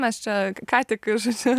mes čia ką tik žodžiu